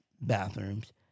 bathrooms